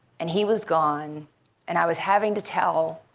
and he was gone and i was having to tell